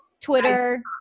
Twitter